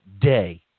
day